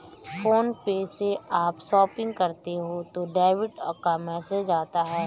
phone पे से आप शॉपिंग करते हो तो डेबिट का मैसेज आता है